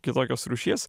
kitokios rūšies